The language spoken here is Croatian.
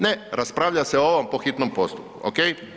Ne, raspravlja se o ovom po hitnom postupku, ok.